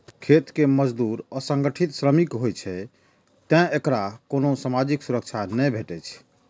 खेत मजदूर असंगठित श्रमिक होइ छै, तें एकरा कोनो सामाजिक सुरक्षा नै भेटै छै